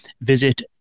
visit